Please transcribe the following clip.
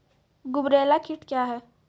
गुबरैला कीट क्या हैं?